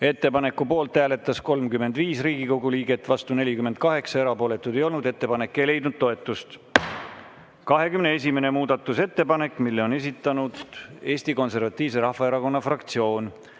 Ettepaneku poolt hääletas 32 Riigikogu liiget, vastu 48, erapooletuid ei olnud. Ettepanek ei leidnud toetust.23. muudatusettepanek. Selle on esitanud Eesti Konservatiivse Rahvaerakonna fraktsioon.